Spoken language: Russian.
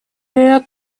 лет